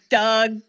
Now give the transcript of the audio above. Doug